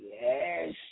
Yes